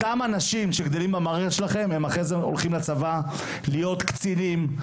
אותם אנשים שגדלים במערכת שלכם הם אחרי זה הולכים לצבא להיות קצינים,